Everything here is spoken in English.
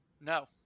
No